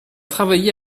travaillé